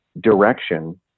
direction